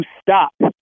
stop